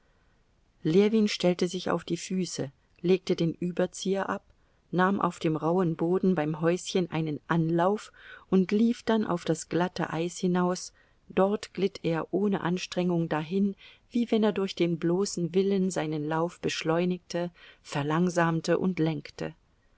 ljewin stellte sich auf die füße legte den überzieher ab nahm auf dem rauhen boden beim häuschen einen anlauf und lief dann auf das glatte eis hinaus dort glitt er ohne anstrengung dahin wie wenn er durch den bloßen willen seinen lauf beschleunigte verlangsamte und lenkte